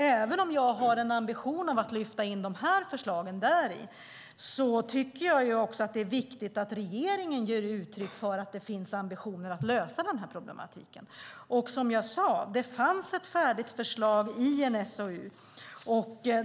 Även om jag har en ambition att lyfta in de här förslagen där tycker jag att det är viktigt att regeringen ger uttryck för att det finns ambitioner för att lösa problemet. Som jag sade fanns det ett färdigt förslag i en SOU.